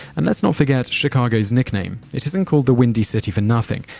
and let's not forget chicago's nickname it isn't called the windy city for nothing.